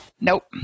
Nope